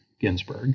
Ginsburg